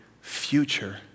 future